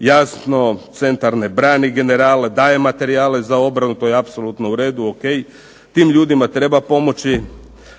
Jasno centar ne brani generale, daje materijale za obranu. To je apsolutno u redu, o.k. Tim ljudima treba pomoći,